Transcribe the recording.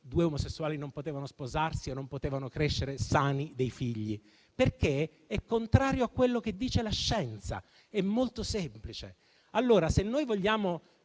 due omosessuali non potevano sposarsi o non potevano crescere sani dei figli, perché è contrario a quello che dice la scienza. È molto semplice. Allora, se vogliamo